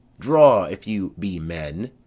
draw, if you be men.